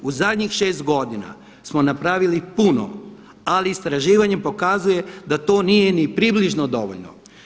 U zadnjih 6 godina smo napravili puno ali istraživanje pokazuje da to nije ni približno dovoljno.